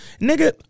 Nigga